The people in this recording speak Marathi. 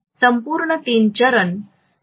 संपूर्ण तीन चरण त्यामुळे पैशाची बचत होते